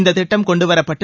இந்தத் திட்டம் கொண்டுவரப்பட்டு